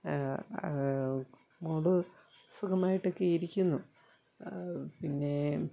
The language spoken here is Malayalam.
മകൾ സുഖമായിട്ടൊക്കെയിരിക്കുന്നു പിന്നെ